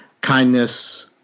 kindness